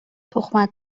تخمک